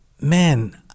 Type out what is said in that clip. man